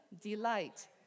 delight